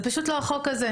זה פשוט לא החוק הזה.